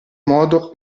modo